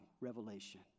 Revelation